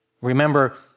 remember